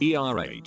ERH